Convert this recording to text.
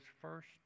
first